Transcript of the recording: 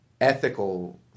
ethical